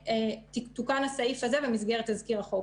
תוקן הסעיף הזה במסגרת תזכיר החוק.